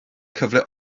cyfle